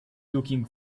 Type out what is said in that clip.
looking